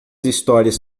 histórias